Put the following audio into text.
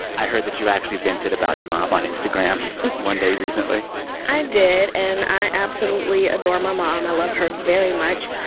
i heard that you actually vented about your mom on instagram one day recently i did. and i absolutely adore my mom. i love her very much.